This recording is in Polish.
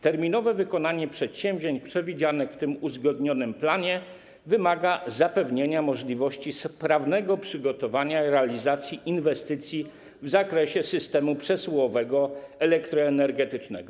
Terminowe wykonanie przedsięwzięć przewidzianych w tym uzgodnionym planie wymaga zapewnienia możliwości sprawnego przygotowania realizacji inwestycji w zakresie systemu przesyłowego elektroenergetycznego.